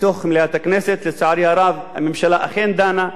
הממשלה אכן דנה פעם אחר פעם והתוצאה,